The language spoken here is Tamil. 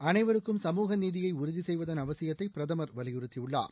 அனைவருக்கும் சமூக நீதியை உறுதி செய்வதன் அவசியத்தை பிரதமதர் வலியுறுத்தியுள்ளார்